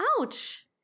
ouch